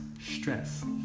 stress